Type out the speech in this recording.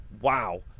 wow